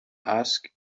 asked